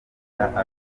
perezida